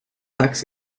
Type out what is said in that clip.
tax